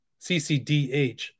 CCDH